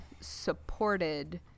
supported